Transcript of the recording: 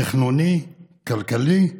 תכנוני, כלכלי ועוד.